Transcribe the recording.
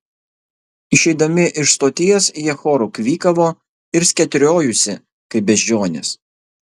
išeidami iš stoties jie choru kvykavo ir skėtriojusi kaip beždžionės